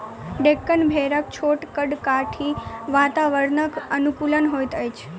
डेक्कन भेड़क छोट कद काठी वातावरणक अनुकूल होइत अछि